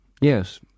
Yes